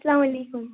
سلام وعلیکُم